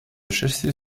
chasser